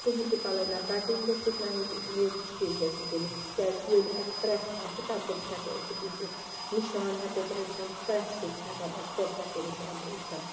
کٕہٕنۍ تہِ پَلو نہ کَٹِنٛگ گَژھتھ نہ ہیٚکہِ یہِ سِٹِچ گَژھتھ کُنہِ کیازِ کہ ییٚلہِ اسہِ پریٚس آسہِ تَمہِ پوٚتس ہیٚکو أسۍ سِٹِچ دتھ نِشان ہیٚکو تراوِتھ پریٚس سۭتۍ چھِ ہیٚکان أسۍ پٔرفیٚکٹ نِشان تراوِتھ